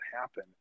happen